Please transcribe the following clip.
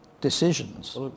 decisions